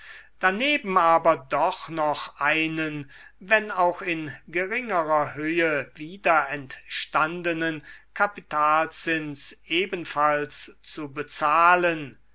daneben aber doch noch einen wenn auch in geringerer höhe wiederentstandenen kapitalzins ebenfalls zu bezahlen